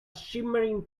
shimmering